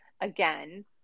again